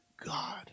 God